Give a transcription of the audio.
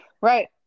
Right